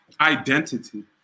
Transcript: Identity